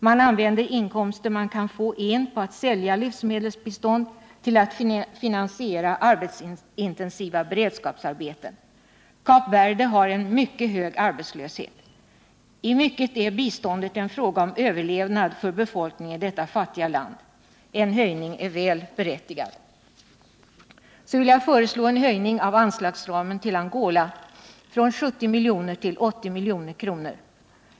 Man använder inkomster man kan få in på att sälja livsmedelsbistånd till att finansiera arbetsintensiva beredskapsarbeten. Kap Verde har en mycket hög arbetslöshet. I mycket är biståndet en fråga om överlevnad för befolkningen i detta fattiga land. En höjning är berättigad. Sedan vill jag föreslå en höjning av anslagsramen till Angola från 70 milj.kr. till 80 milj.kr.